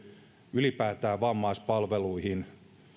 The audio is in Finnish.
ylipäätään vammaispalveluihin